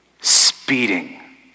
speeding